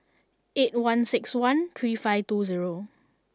eight one six one three five two zero